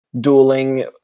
dueling